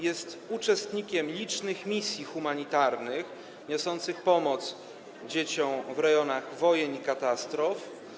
Jest uczestnikiem licznych misji humanitarnych niosących pomoc dzieciom w rejonach wojen i katastrof.